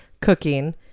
cooking